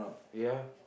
ya